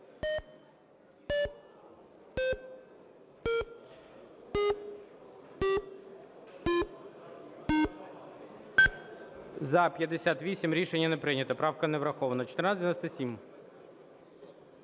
За-58 Рішення не прийнято. Правка не врахована. 1497.